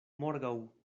morgaŭ